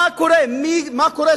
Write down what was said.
מה קורה שם?